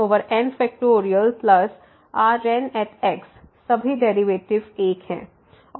Rnx सभी derivative 1 हैं